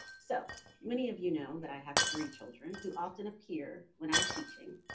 so many of you know that i have three children who often appear when i'm teaching,